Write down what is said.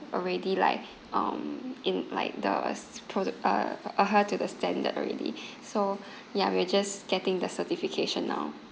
already like um in like the uh s~ proc~ uh adhere to the standard already so ya we are just getting the certification now